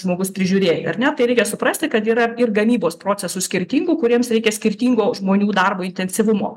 žmogus prižiūrėti ar ne tai reikia suprasti kad yra ir gamybos procesų skirtingų kuriems reikia skirtingo žmonių darbo intensyvumo